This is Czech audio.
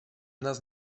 nás